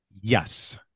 Yes